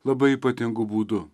labai ypatingu būdu